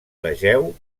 vegeu